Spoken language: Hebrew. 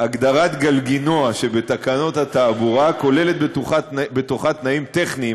הגדרת "גלגינוע" בתקנות התעבורה כוללת בתוכה תנאים טכניים,